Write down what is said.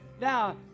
now